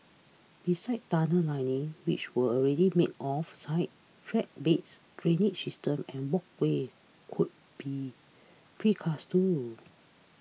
besides tunnel linings which are already made off site track beds drainage systems and walkways could be precast too